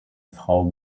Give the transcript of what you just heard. frau